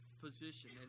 position